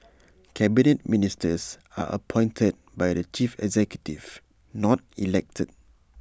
Cabinet Ministers are appointed by the chief executive not elected